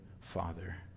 Father